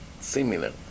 similar